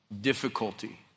difficulty